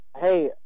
Hey